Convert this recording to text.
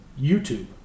YouTube